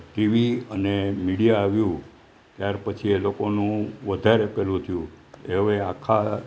TV અને media આવ્યું ત્યાર પછી એ લોકોનું વધારે પેલું થયું હવે આખા